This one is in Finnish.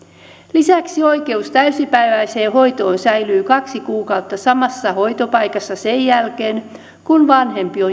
lisäksi oikeus täysipäiväiseen hoitoon säilyy kaksi kuukautta samassa hoitopaikassa sen jälkeen kun vanhempi